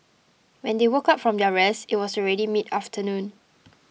when they woke up from their rest it was already mid afternoon